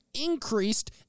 increased